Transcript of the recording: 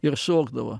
ir šokdavo